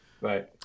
Right